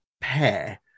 pair